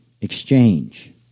exchange